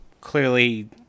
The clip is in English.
clearly